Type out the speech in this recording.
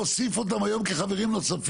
אבל אתה גם לא מוסיף אותם היום כחברים נוספים,